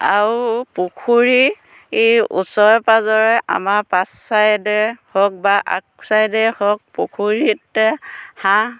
আৰু পুখুৰীৰ ওচৰে পাজৰে আমাৰ পাছ চাইডে হওক বা আগ চাইডেই হওক পুখুৰীতে হাঁহ